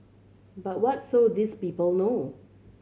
but what so these people know